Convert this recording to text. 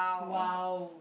!wow!